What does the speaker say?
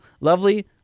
lovely